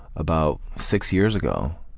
about six years ago.